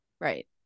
Right